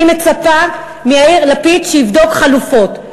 אני מצפה מיאיר לפיד שיבדוק חלופות.